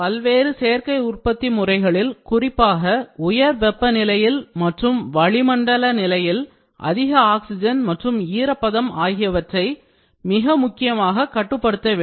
பல்வேறு சேர்க்கை உற்பத்தி முறைகளில் குறிப்பாக உயர் வெப்பநிலையில் மற்றும் வளிமண்டல நிலையில் அதிக ஆக்சிஜன் மற்றும் ஈரப்பதம் ஆகியவற்றை மிக முக்கியமாக கட்டுப்படுத்த வேண்டும்